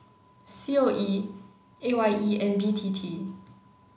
C O E A Y E and B T T